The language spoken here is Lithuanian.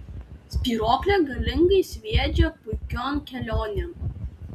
spyruoklė galingai sviedžia puikion kelionėn